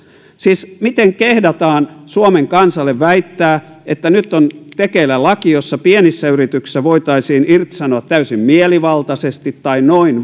siis miten kehdataan suomen kansalle väittää että nyt on tekeillä laki jossa pienissä yrityksissä voitaisiin irtisanoa täysin mielivaltaisesti tai noin